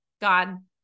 God